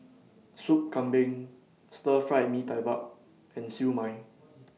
Soup Kambing Stir Fried Mee Tai Mak and Siew Mai